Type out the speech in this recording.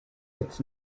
its